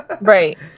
Right